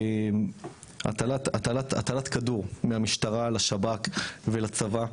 הטלת כדור מהמשטרה לשב"כ ולצבא.